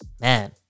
Man